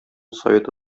советы